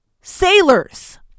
sailors